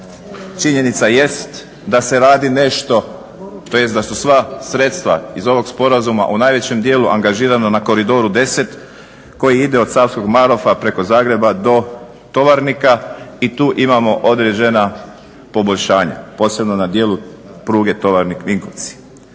nešto tj. da su sva sredstva iz ovog sporazuma u najvećem dijelu angažirana na koridoru koji ide od Savskog Marofa preko Zagreba do Tovarnika i tu imamo određena poboljšanja, posebno na dijelu pruge Tovarnik-Vinkovci.